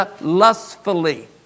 lustfully